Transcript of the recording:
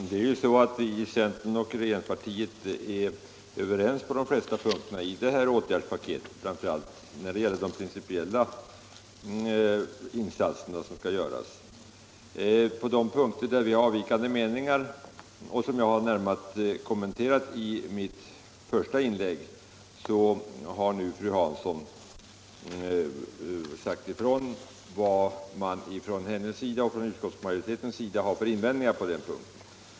Herr talman! Centern och regeringspartiet är överens på de flesta punkterna i detta åtgärdspaket, framför allt när det gäller den principiella bakgrunden till de insatser som skall göras. I fråga om de punkter där vi har avvikande meningar, som jag närmast kommenterade i mitt första inlägg, har nu fru Hansson anmält vad hon och utskottsmajoriteten har för invändningar.